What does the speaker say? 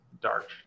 dark